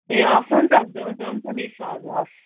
ए हवस् हुन्छ हुन्छ हुन्छ हुन्छ मिस हजुर हवस्